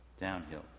Downhill